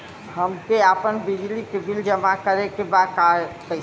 हमके आपन बिजली के बिल जमा करे के बा कैसे होई?